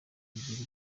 kugira